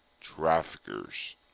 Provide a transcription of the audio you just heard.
traffickers